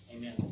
Amen